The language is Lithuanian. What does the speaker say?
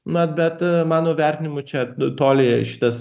na bet mano vertinimu čia toli šitas